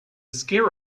scare